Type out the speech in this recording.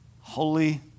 Holy